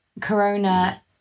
corona